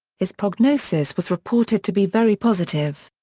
his prognosis was reported to be very positive.